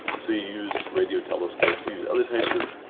so you use radio telescopes, use other types of